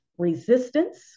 resistance